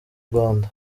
rwanda